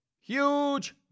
huge